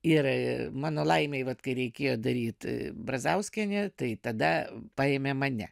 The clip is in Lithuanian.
ir mano laimei vat kai reikėjo daryt brazauskienė tai tada paėmė mane